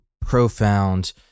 profound